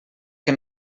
que